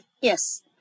Yes